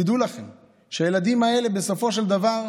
דעו לכם שהילדים האלה בסופו של דבר גדלים,